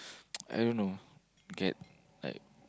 I don't know get like